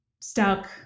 stuck